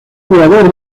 jugador